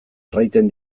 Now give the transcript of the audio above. erraiten